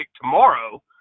tomorrow